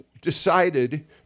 decided